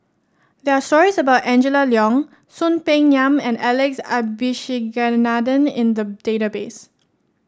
there are stories about Angela Liong Soon Peng Yam and Alex Abisheganaden in the database